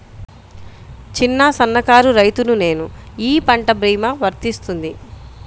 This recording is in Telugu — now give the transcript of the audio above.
చిన్న సన్న కారు రైతును నేను ఈ పంట భీమా వర్తిస్తుంది?